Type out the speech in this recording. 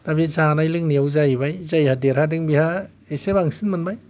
दा बे जानाय लोंनायाव जायैबाय जायहा देरहादों बेहा एसे बांसिन मोनबाय